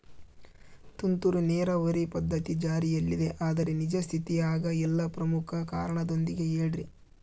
ತುಂತುರು ನೇರಾವರಿ ಪದ್ಧತಿ ಜಾರಿಯಲ್ಲಿದೆ ಆದರೆ ನಿಜ ಸ್ಥಿತಿಯಾಗ ಇಲ್ಲ ಪ್ರಮುಖ ಕಾರಣದೊಂದಿಗೆ ಹೇಳ್ರಿ?